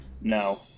No